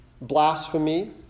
blasphemy